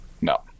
No